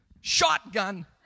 Shotgun